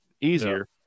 easier